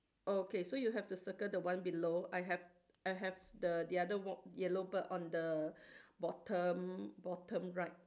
okay so you have to circle the one below I have I have the the other one yellow bird on the bottom bottom right